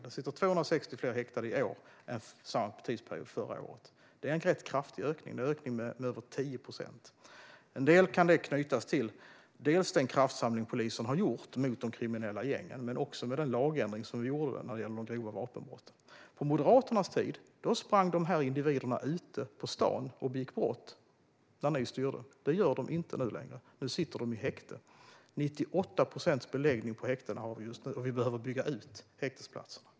Det sitter 260 fler häktade i år än under samma tidsperiod förra året. Det är en rätt kraftig ökning. Det är en ökning med över 10 procent. En del kan knytas till den kraftsamling som polisen har gjort mot de kriminella gängen. Men det handlar också om den lagändring som vi gjorde när det gäller de grova vapenbrotten. På Moderaternas tid, när ni styrde, sprang de individerna ute på staden och begick brott. Det gör de inte nu längre. Nu sitter de i häkte. Vi har just nu 98 procents beläggning på häktena, och vi behöver bygga ut häktesplatserna.